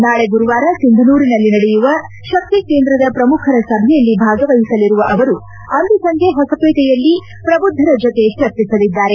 ನಾಳೆ ಗುರುವಾರ ಸಿಂಧನೂರಿನಲ್ಲಿ ನಡೆಯುವ ಶಕ್ತಿ ಕೇಂದ್ರದ ಪ್ರಮುಖರ ಸಭೆಯಲ್ಲಿ ಭಾಗವಹಿಸಲಿರುವ ಅವರು ಅಂದು ಸಂಜೆ ಹೊಸಪೇಟೆಯಲ್ಲಿ ಪ್ರಬುದ್ದರ ಜೊತೆ ಚರ್ಚೆ ನಡೆಸಲಿದ್ದಾರೆ